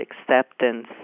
acceptance